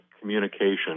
communication